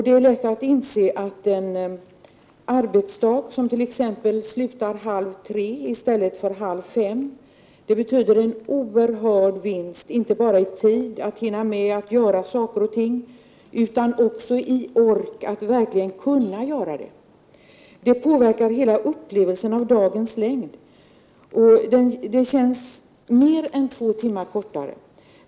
Det är lätt att inse, att om en arbetsdag slutar t.ex. halv tre i stället för halv fem, betyder det en oerhörd vinst, inte bara i tid, för att hinna med att göra saker och ting, utan också i ork, för att verkligen kunna göra det. Det påverkar hela upplevelsen av dagens längd, arbetstiden känns mer än två timmar kortare.